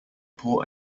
poor